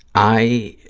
i